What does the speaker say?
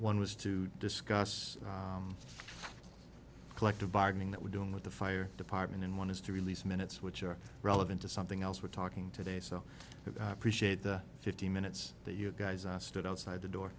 one was to discuss collective bargaining that we're doing with the fire department and one is to release minutes which are relevant to something else we're talking today so appreciate the fifteen minutes that you guys i stood outside the